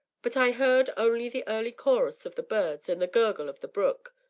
but i heard only the early chorus of the birds and the gurgle of the brook,